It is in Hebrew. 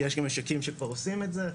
יש גם משקים שכבר עושים את זה,